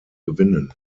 gewinnen